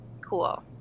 Cool